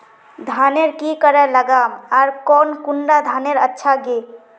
धानेर की करे लगाम ओर कौन कुंडा धानेर अच्छा गे?